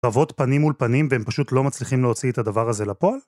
קרבות פנים מול פנים והם פשוט לא מצליחים להוציא את הדבר הזה לפועל.